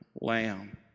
lamb